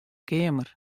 keamer